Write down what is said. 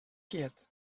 quiet